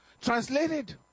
Translated